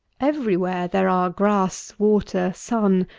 every-where there are grass, water, sun,